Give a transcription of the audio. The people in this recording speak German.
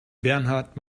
bernhard